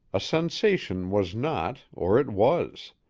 a sensation was not, or it was.